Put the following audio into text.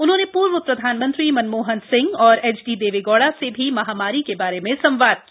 उन्होंने पूर्व प्रधानमंत्री मनमोहन सिंह और एचडी देवगौड़ा से भी महामारी के बारे में संवाद किया